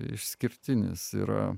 išskirtinis yra